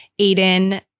Aiden